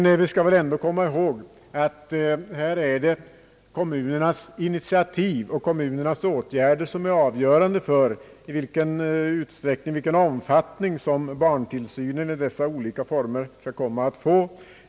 Vi skall väl ändå komma ihåg att här är det kommunernas initiativ och åtgärder som är avgörande för den omfattning barntillsynen i dess olika former skall få.